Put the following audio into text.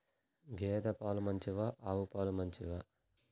గేద పాలు మంచివా ఆవు పాలు మంచివా?